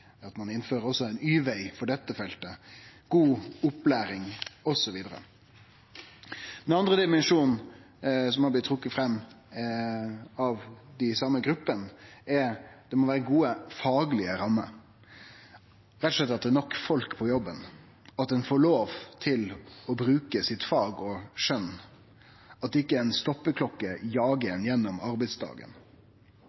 at ein innfører ein Y-veg også for dette feltet – god opplæring osv. Den andre dimensjonen som har blitt trekt fram av dei same gruppene, er at det må vere gode faglege rammer, rett og slett at det er nok folk på jobb, at ein får lov til å bruke faget sitt og skjønet sitt, og at ikkje ei stoppeklokke jagar ein